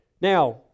Now